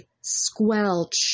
squelch